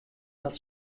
dat